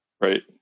Right